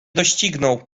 dościgną